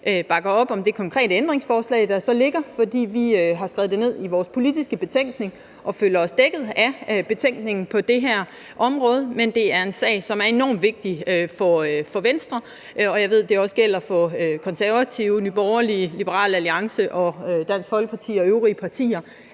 bakker op om det konkrete ændringsforslag, der ligger, fordi vi har skrevet det ned i vores politiske betænkning og føler os dækket af betænkningen på det her område, men det er en sag, som er enormt vigtig for Venstre, og jeg ved, at det også gælder for Konservative, Nye Borgerlige, Liberal Alliance, Dansk Folkeparti og øvrige partier,